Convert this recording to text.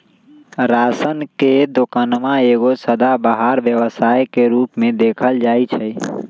ration के दोकान एगो सदाबहार व्यवसाय के रूप में देखल जाइ छइ